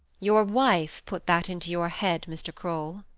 your wife put that into your head, mr. kroll.